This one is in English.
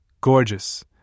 gorgeous